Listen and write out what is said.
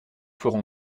ferons